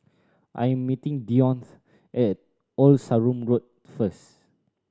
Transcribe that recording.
I am meeting Dionte at Old Sarum Road first